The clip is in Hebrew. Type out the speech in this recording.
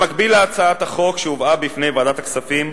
במקביל להצעת החוק שהובאה בפני ועדת הכספים,